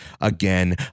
again